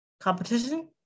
competition